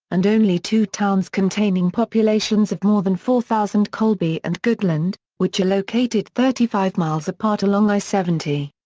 and only two towns containing populations of more than four thousand colby and goodland, which are located thirty five miles apart along i seventy.